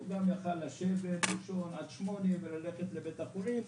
הוא גם יכל לשבת ולישון עד שמונה וללכת לבית החולים,